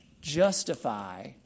justify